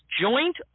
joint